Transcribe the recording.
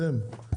אתם?